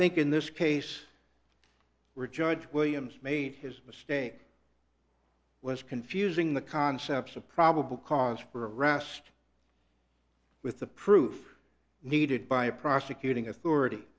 think in this case were judge williams made his mistake was confusing the concepts of probable cause for arrest with the proof needed by a prosecuting authority